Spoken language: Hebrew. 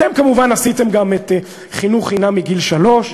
אתם כמובן עשיתם גם את חינוך חינם מגיל שלוש,